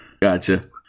Gotcha